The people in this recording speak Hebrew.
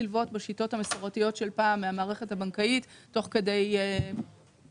ללוות בשיטות המסורתיות של פעם מהמערכת הבנקאית תוך כדי זה